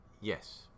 Yes